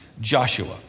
Joshua